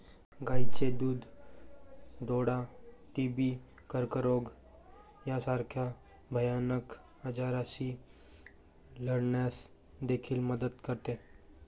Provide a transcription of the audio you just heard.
गायीचे दूध डोळा, टीबी, कर्करोग यासारख्या भयानक आजारांशी लढण्यास देखील मदत करते